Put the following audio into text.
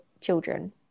children